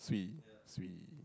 swee swee